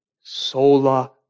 Sola